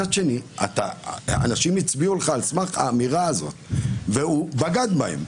מצד שני אנשים הצביעו לך על סמך האמירה הזאת והוא בגד בהם.